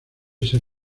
ser